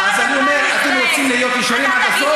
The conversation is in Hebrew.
אז אני אומר: אתם רוצים להיות ישרים עד הסוף?